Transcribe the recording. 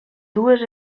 dues